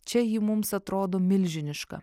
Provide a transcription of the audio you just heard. čia ji mums atrodo milžiniška